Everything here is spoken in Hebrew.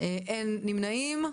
אין נמנעים,